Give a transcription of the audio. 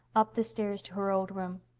up the stairs to her old room.